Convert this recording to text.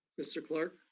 mr. clark?